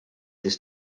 this